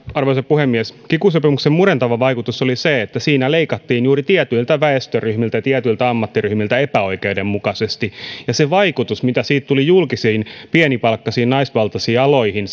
arvoisa puhemies kiky sopimuksen murentava vaikutus kun siinä leikattiin juuri tietyiltä väestöryhmiltä ja tietyiltä ammattiryhmiltä epäoikeudenmukaisesti oli sen työyhteisön moraalia ja työkykyä heikentävä vaikutus mitä siitä tuli julkisiin pienipalkkaisiin naisvaltaisiin aloihin